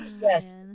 yes